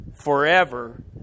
forever